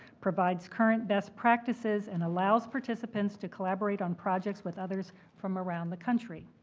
provides current best practices, and allows participants to collaborate on projects with others from around the country.